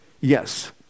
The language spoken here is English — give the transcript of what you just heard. yes